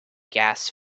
gas